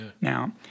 Now